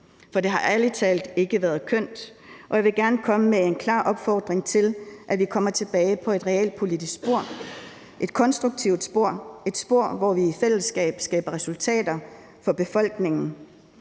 for det har ærlig talt ikke været kønt. Jeg vil gerne komme med en klar opfordring til, at vi kommer tilbage på et realpolitisk spor, et konstruktivt spor, et spor, hvor vi i fællesskab skaber resultater for befolkningen.